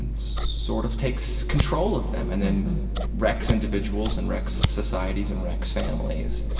and sort of takes control of them and then wrecks individuals and wrecks societies and wrecks families.